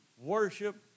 worship